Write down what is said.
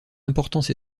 importance